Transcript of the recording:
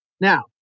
Now